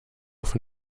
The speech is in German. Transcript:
von